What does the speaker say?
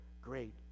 great